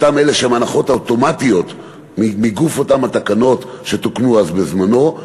אותן הנחות אוטומטיות מכוח אותן התקנות שתוקנו בזמנו,